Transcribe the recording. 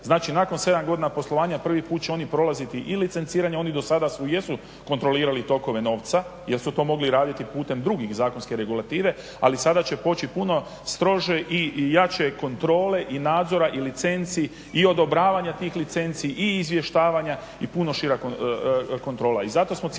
Znači nakon 7 godina poslovanja prvi puta će oni prolaziti i licenciranje, oni do sada jesu kontrolirali tokove novca jel su to morali raditi putem drugih zakonske regulative ali sada će poći puno strože i jače kontrole i nadzora i licenci i odobravanja tih licenci i izvještavanja i puno šira kontrola.